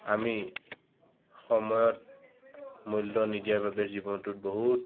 আমি সময়ত মূল্য নিদিয়াৰ বাবে জীৱনটোত বহুত